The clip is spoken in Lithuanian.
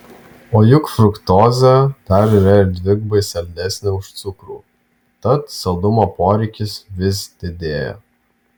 o juk fruktozė dar yra ir dvigubai saldesnė už cukrų tad saldumo poreikis vis didėja